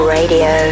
Radio